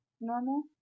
normal